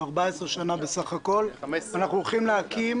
ו-14 שנה בסך הכול אנחנו הולכים להקים